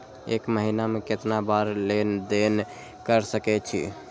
एक महीना में केतना बार लेन देन कर सके छी?